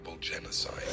genocide